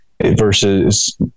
versus